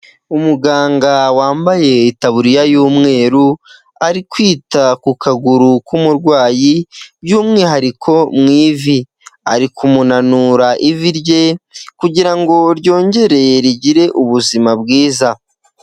Umuganga wambaye tabuririya y'umweru, ari kwita ku kaguru k'umurwayi, by'umwihariko mu ivi. Ari kumunanura ivi rye, kugira ngo ryongere rigire ubuzima bwiza.